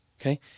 Okay